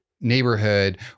neighborhood